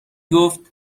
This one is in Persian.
گفتبه